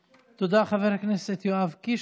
תודה, חבר הכנסת יואב קיש.